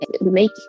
Make